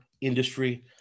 industry